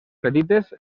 petites